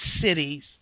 cities